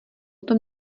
tom